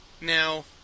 Now